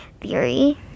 theory